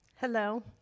Hello